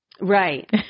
Right